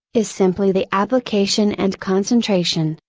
is simply the application and concentration,